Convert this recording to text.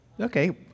Okay